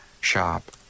Shop